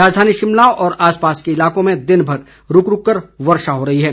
राजधानी शिमला व आसपास के इलाकों में दिनभर रूक रूक कर वर्षा हो रही है